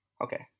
Okay